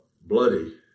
Bloody